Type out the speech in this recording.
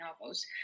novels